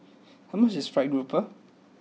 how much is Fried Grouper